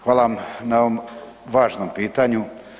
Hvala vam na ovom važnom pitanju.